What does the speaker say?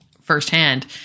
firsthand